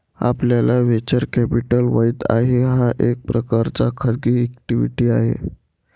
आपल्याला venture capital माहित आहे, हा एक प्रकारचा खाजगी इक्विटी आहे